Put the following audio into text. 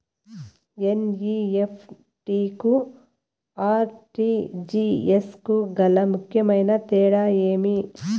NEFT కు RTGS కు గల ముఖ్యమైన తేడా ఏమి?